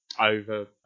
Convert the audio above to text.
over